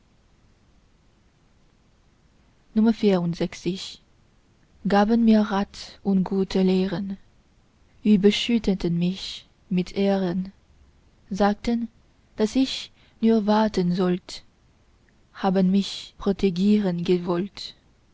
gaben mir rat und gute lehren überschütteten mich mit ehren sagten daß ich nur warten sollt haben mich protegieren gewollt